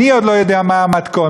אני עוד לא יודע מה המתכון.